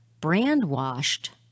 brand-washed